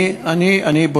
אני, תבדוק ותחזיר תשובה.